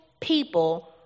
people